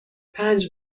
پنج